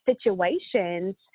situations